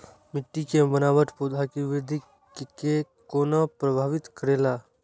मिट्टी के बनावट पौधा के वृद्धि के कोना प्रभावित करेला?